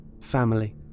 family